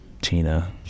Tina